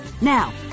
Now